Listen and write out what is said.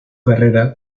carrera